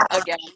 again